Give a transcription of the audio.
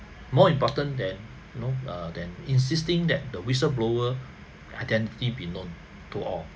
more important than you know uh than insisting that the whistle blower identity be known to all